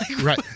right